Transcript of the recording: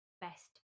best